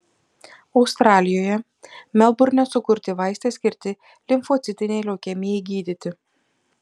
australijoje melburne sukurti vaistai skirti limfocitinei leukemijai gydyti